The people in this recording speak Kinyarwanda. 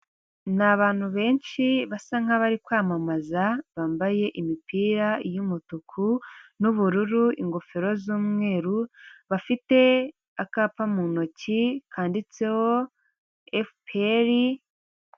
Ni abantu benshi basa nk'abari kwamamaza bambaye imipira y'umutuku n'ubururu ingofero z'umweru, bafite akapa mu ntoki kanditseho efuperi.